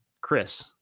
Chris